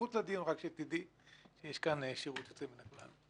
מחוץ לדיון, רק שתדעי שיש כאן שירות יוצא מן הכלל.